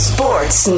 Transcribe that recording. Sports